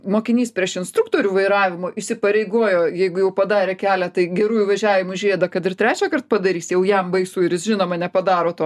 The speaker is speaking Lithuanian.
mokinys prieš instruktorių vairavimo įsipareigojo jeigu jau padarė keletą gerų įvažiavimų į žiedą kad ir trečiąkart padarys jau jam baisu ir jis žinoma nepadaro to